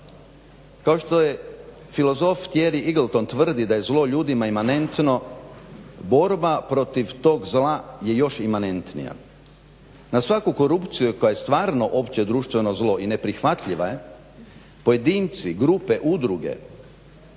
Kao što je filozof Tieri Igelton tvrdi da je zlo ljudima imanentno borba protiv tog zla je još imanentnija. Na svaku korupciju koja je stvarno opće društveno zlo i neprihvatljiva je pojedinci, grupe, udruge